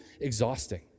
exhausting